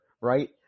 right